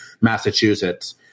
Massachusetts